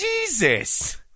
Jesus